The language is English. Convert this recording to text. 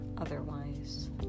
otherwise